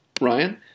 Ryan